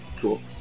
cool